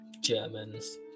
Germans